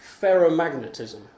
Ferromagnetism